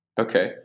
Okay